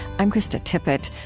i'm krista tippett.